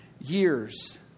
years